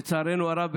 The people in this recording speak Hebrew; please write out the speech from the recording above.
לצערנו הרב,